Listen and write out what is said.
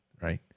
Right